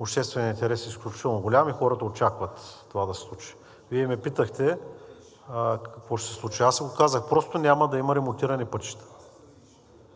общественият интерес е изключително голям и хората очакват това да се случи. Вие ме питахте какво ще се случи. Аз Ви го казах: просто няма да има ремонтиране пътища.